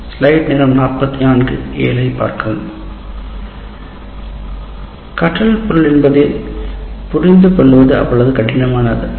slide நேரம் 4407 ஐப் பார்க்கவும் பொருள் கற்றல் என்பது புரிந்து கொள்வது அவ்வளவு கடினம் அல்ல